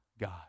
God